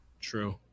true